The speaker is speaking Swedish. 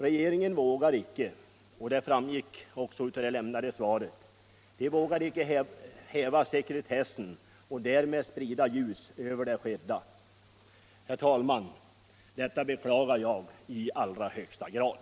Regeringen vågar icke — detta framgick också av det lämnade svaret — häva sekretessen och därmed sprida ljus över det skedda. Herr talman! Detta beklagar jag i allra högsta grad.